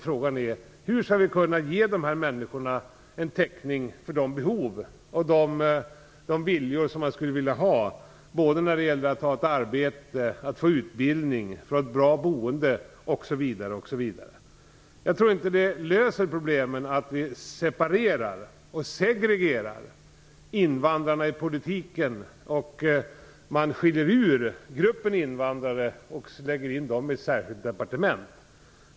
Frågan är hur vi skall kunna täcka dessa människors behov och vilja att få arbete, utbildning, ett bra boende osv. Jag tror inte att det löser problemen att separera och segregera invandrarna i politiken genom att skilja ur gruppen invandrare i ett särskilt departement.